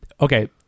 okay